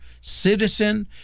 citizen